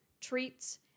treats